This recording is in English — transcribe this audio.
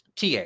TA